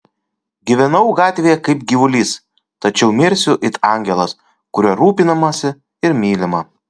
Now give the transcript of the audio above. gyvenau gatvėje kaip gyvulys tačiau mirsiu it angelas kuriuo rūpinamasi ir mylima